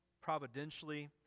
providentially